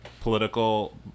political